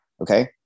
Okay